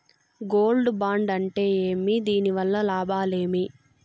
Gold bond అంటే ఏమి? దీని వల్ల లాభాలు ఏమి?